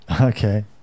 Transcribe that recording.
Okay